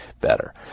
better